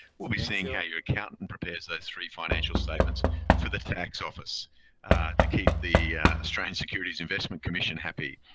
we'll be seeing how your accountant and prepares those three financial statements for the tax office to keep the australian securities investment commission happy.